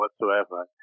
whatsoever